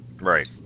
Right